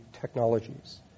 technologies